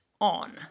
on